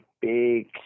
big